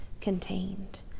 contained